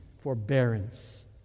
forbearance